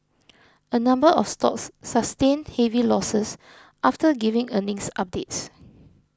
a number of stocks sustained heavy losses after giving earnings updates